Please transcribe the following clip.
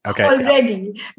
already